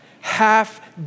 half